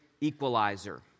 equalizer